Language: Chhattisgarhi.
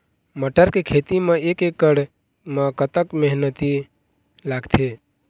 मटर के खेती म एक एकड़ म कतक मेहनती लागथे?